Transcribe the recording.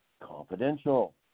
confidential